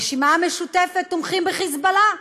הרשימה המשותפת תומכים ב"חיזבאללה".